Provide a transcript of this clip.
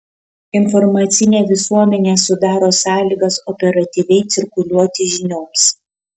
informacinė visuomenė sudaro sąlygas operatyviai cirkuliuoti žinioms